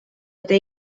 eta